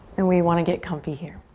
and we want to get comfy here.